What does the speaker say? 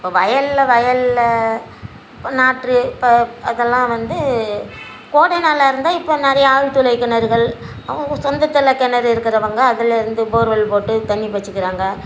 இப்போ வயலில் வயலில் இப்போ நாற்று இப்போ அதெல்லாம் வந்து கோடை நாளில் இருந்து இப்போ நிறையா ஆழ்துளை கிணறுகள் அவங்க சொந்தத்தில் கிணறு இருக்கிறவங்க அதில் இருந்து போர்வெல் போட்டு தண்ணி புடிசிக்கிறாங்க